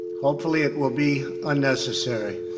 hopefully it will be unnecessary.